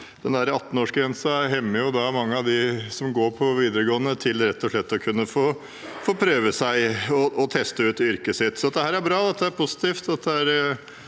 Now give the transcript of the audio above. Denne 18-årsgrensen hemmer mange av dem som går på videregående, i rett og slett å kunne få prøve seg og teste ut yrket sitt. Dette er bra, dette er positivt,